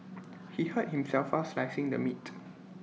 he hurt himself fast slicing the meat